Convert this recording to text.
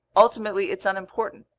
ultimately it's unimportant.